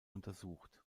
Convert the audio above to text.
untersucht